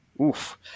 Oof